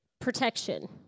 protection